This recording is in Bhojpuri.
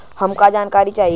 हमका जानकारी चाही?